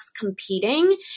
competing